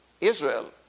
Israel